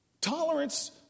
Tolerance